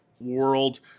world